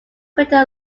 crater